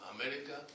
America